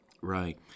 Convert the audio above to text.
Right